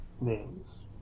names